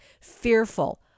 fearful